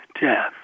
death